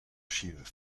archives